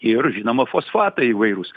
ir žinoma fosfatai įvairūs